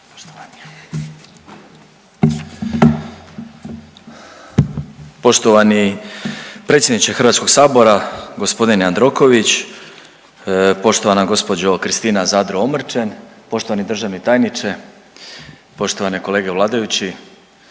Poštovani predsjedniče Hrvatskog sabora, gospodine Jandroković, poštovana gospođo Kristina Zadro-Omrčen, poštovani državni tajniče, poštovane kolege vladajući